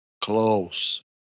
close